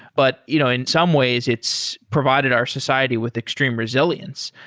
but you know in some ways it's provided our society with extreme resilience.